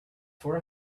for